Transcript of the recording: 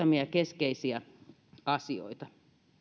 muutamia keskeisiä asioita